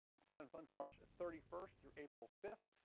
sun n fun is march thirty first through april fifth.